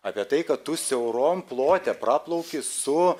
apie tai kad tu siauram plote praplauki su